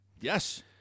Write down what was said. Yes